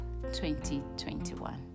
2021